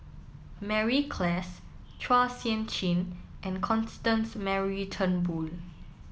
Mary Klass Chua Sian Chin and Constance Mary Turnbull